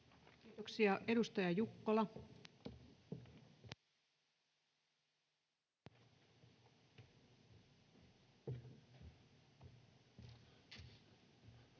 Kiitoksia. — Edustaja Jukkola.